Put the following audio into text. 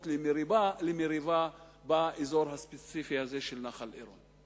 למריבה באזור הספציפי הזה של נחל-עירון.